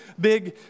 big